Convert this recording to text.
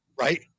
right